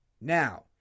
Now